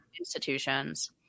institutions